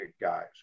guys